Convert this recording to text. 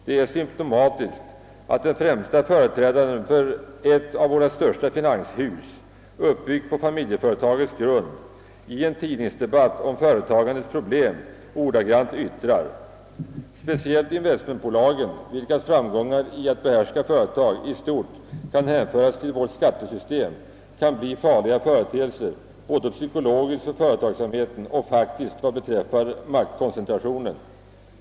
Det är symptomatiskt att den främste företrädaren för ett av våra största finanshus, uppbyggt på familjeföretagets grund, i en tidningsdebatt om företagandets problem ordagrant yttrar: »Speciellt investmentbolagen, vilkas framgångar i att behärska företag i stort kan hänföras till vårt skattesystem, kan bli farliga företeelser, både psykologiskt för företagsamheten och faktiskt, vad beträffar maktkoncentrationen.